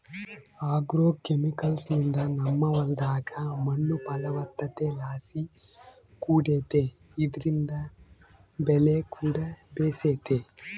ಆಗ್ರೋಕೆಮಿಕಲ್ಸ್ನಿಂದ ನಮ್ಮ ಹೊಲದಾಗ ಮಣ್ಣು ಫಲವತ್ತತೆಲಾಸಿ ಕೂಡೆತೆ ಇದ್ರಿಂದ ಬೆಲೆಕೂಡ ಬೇಸೆತೆ